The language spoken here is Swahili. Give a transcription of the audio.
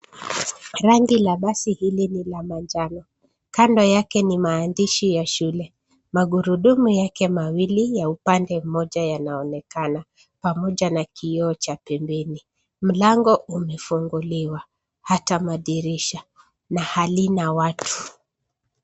Rangi la basi hili ni la manjano. Kando yake ni maandishi ya shule. Magurudumu yake mawili ya upande mmoja yanaonekana pamoja na kioo cha pembeni. Mlango umefunguliwa hata madirisha na hali na watu.